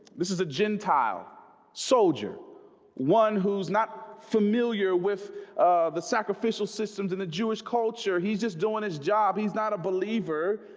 this is a gentile soldier one who's not familiar with the sacrificial systems in the jewish culture. he's just doing his job he's not a believer,